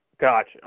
Gotcha